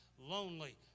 Lonely